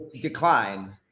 decline